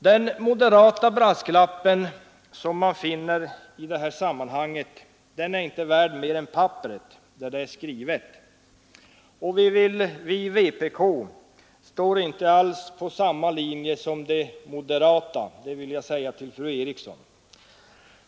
Den moderata brasklappen i det sammanhanget är inte värd mer än papperet som den är skriven på. Vi i vpk står inte alls på samma linje som de moderata, det vill jag säga till fru Eriksson i Stockholm.